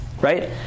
right